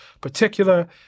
particular